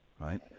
right